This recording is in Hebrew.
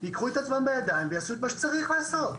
ייקחו את עצמם בידיים ויעשו את מה שצריך לעשות.